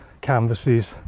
canvases